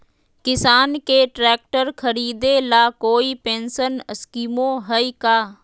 किसान के ट्रैक्टर खरीदे ला कोई स्पेशल स्कीमो हइ का?